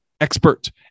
expert